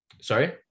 Sorry